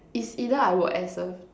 is either I work as a